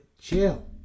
chill